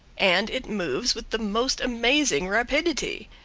and it moves with the most amazing rapidity.